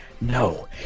No